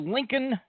Lincoln